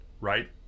right